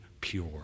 pure